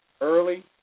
early